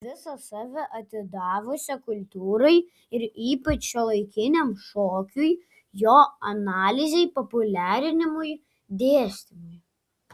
visą save atidavusią kultūrai ir ypač šiuolaikiniam šokiui jo analizei populiarinimui dėstymui